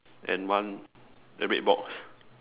and one the red box